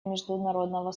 международного